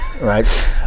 Right